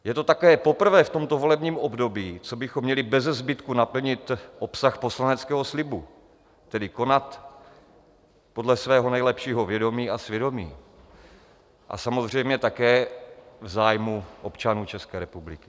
Je to také poprvé v tomto volebním období, co bychom měli bezezbytku naplnit obsah poslaneckého slibu, tedy konat podle svého nejlepšího vědomí a svědomí a samozřejmě také v zájmu občanů České republiky.